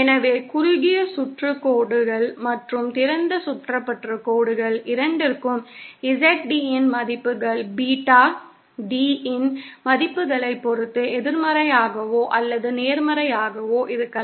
எனவே குறுகிய சுற்று கோடுகள் மற்றும் திறந்த சுற்றப்பட்ட கோடுகள் இரண்டிற்கும் ZD இன் மதிப்புகள் பீட்டா D இன் மதிப்புகளைப் பொறுத்து எதிர்மறையாகவோ அல்லது நேர்மறையாகவோ இருக்கலாம்